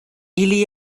ili